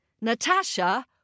Natasha